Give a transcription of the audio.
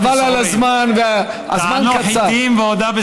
חבל על הזמן והזמן קצר.